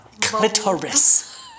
Clitoris